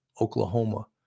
Oklahoma